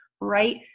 right